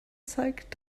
zeigt